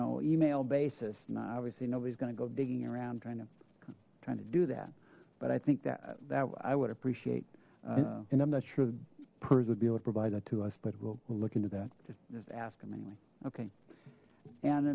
know email basis not obviously nobody's going to go digging around trying to trying to do that but i think that that i would appreciate and i'm not sure purrs would be able to provide that to us but we'll look into that just ask them anyway okay and